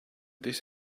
this